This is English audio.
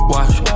Watch